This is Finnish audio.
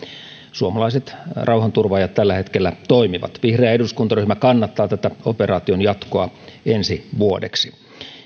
suomalaiset rauhanturvaajat tällä hetkellä toimivat vihreä eduskuntaryhmä kannattaa tätä operaation jatkoa ensi vuodeksi